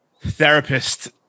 therapist